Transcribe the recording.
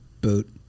Boot